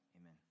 Amen